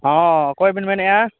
ᱦᱮᱸ ᱚᱠᱚᱭᱵᱤᱱ ᱢᱮᱱᱮᱫᱼᱟ